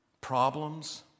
Problems